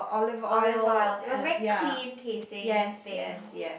olive oil it was very clean tasting thing